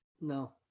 No